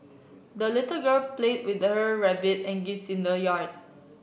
the little girl played with her rabbit and geese in the yard